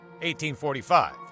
1845